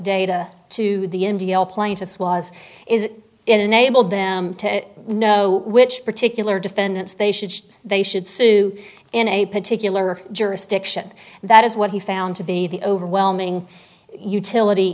data to the plaintiffs was is it enabled them to know which particular defendants they should they should sue in a particular jurisdiction that is what he found to be the overwhelming utility